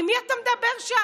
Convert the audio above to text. עם מי אתה מדבר שם?